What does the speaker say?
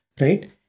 right